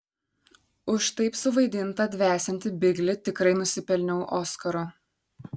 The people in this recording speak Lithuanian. už taip suvaidintą dvesiantį biglį tikrai nusipelniau oskaro